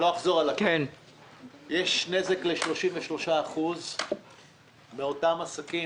יש נזק ל-33% מאותם עסקים,